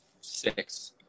six